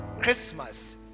Christmas